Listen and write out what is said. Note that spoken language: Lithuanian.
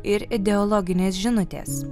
ir ideologinės žinutės